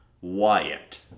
Wyatt